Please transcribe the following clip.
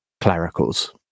clericals